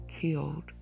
killed